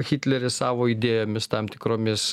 hitleris savo idėjomis tam tikromis